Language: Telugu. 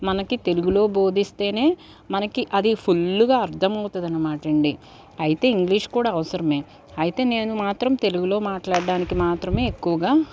మనకు తెలుగులో బోధిస్తేనే మనకి అది ఫుల్లుగా అర్థం అవుతుంది అనమాట అండి అయితే ఇంగ్లీష్ అవసరమే అయితే నేను మాత్రం తెలుగులో మాట్లాడడానికి మాత్రమే ఎక్కువగా